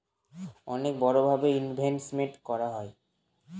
অনেক বড়ো ভাবে ইনভেস্টমেন্ট করা হয়